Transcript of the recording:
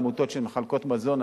עמותות שמחלקות מזון,